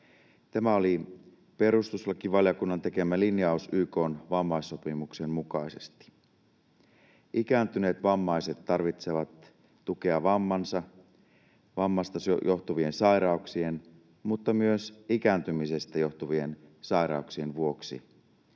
Tämä oli perustuslakivaliokunnan tekemä linjaus YK:n vammaissopimuksen mukaisesti. Ikääntyneet vammaiset tarvitsevat tukea vammansa, vammastaan johtuvien sairauksien mutta myös ikääntymisestä johtuvien sairauksien vuoksi.